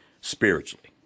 spiritually